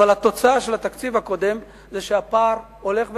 אבל התוצאה של התקציב הקודם היא שהפער הולך וגדל.